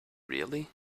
really